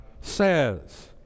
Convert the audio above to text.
says